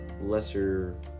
lesser